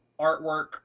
artwork